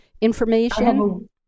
information